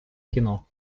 кіно